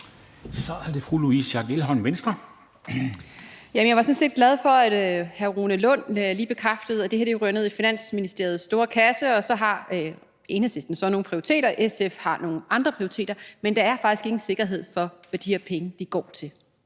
Kl. 11:25 Louise Schack Elholm (V): Jeg var sådan set glad for, at hr. Rune Lund lige bekræftede, at det her ryger ned i Finansministeriets store kasse, og så har Enhedslisten nogle prioriteter, og SF har nogle andre prioriteter, men der er faktisk ingen sikkerhed for, hvad de her penge går til.